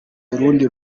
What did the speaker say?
urundi